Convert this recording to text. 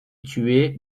tué